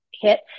hit